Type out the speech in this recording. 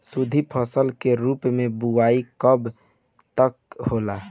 शुद्धफसल के रूप में बुआई कब तक होला?